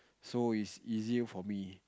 so is easier for me